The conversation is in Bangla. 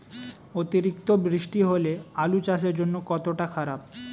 অতিরিক্ত বৃষ্টি হলে আলু চাষের জন্য কতটা খারাপ?